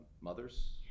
mothers